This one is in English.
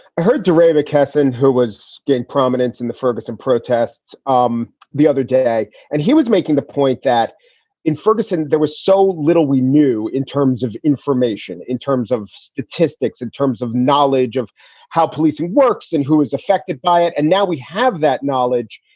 i heard deray mckesson, who was giving prominence in the ferguson protests um the other day, and he was making the point that in ferguson there was so little we knew in terms of information, in terms of statistics, in terms of knowledge of how policing works and who is affected by it. and now we have that knowledge.